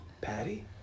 Patty